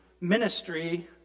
ministry